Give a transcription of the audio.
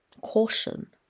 caution